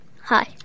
Hi